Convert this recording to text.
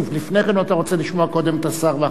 או שאתה רוצה לשמוע קודם את השר ואחר כך לדבר?